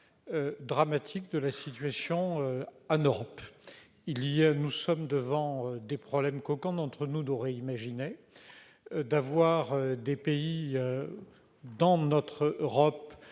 dramatique de la situation en Europe. Nous affrontons des problèmes qu'aucun d'entre nous n'aurait imaginés : pour certains pays de notre Europe,